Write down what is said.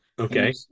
Okay